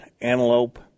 antelope